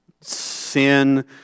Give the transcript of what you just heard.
sin